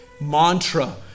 mantra